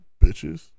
Bitches